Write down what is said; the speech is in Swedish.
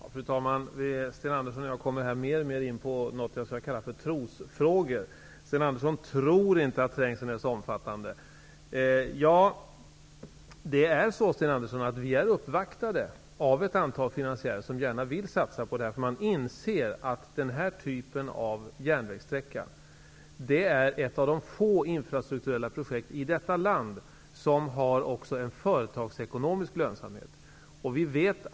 Fru talman! Sten Andersson och jag kommer mer och mer in på något jag kallar trosfrågor. Sten Andersson tror inte att trängseln är så omfattande. Vi är uppvaktade, Sten Andersson, av ett antal finansiärer, som gärna vill satsa på detta. Man inser att den här typen av järnvägssträcka är ett av de få infrastrukturella projekt i detta land som också har en företagsekonomisk lönsamhet.